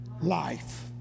life